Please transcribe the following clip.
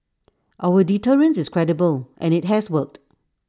our deterrence is credible and IT has worked